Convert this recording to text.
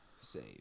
Save